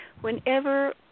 Whenever